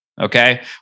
Okay